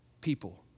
people